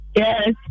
yes